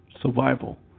survival